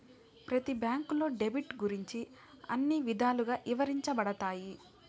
ప్రతి బ్యాంకులో డెబిట్ గురించి అన్ని విధాలుగా ఇవరించబడతాయి